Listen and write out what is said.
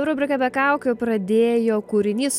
rubriką be kaukių pradėjo kūrinys